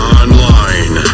online